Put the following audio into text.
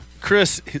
Chris